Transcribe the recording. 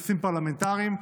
בנושאים פרלמנטריים.